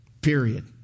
Period